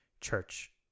church